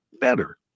better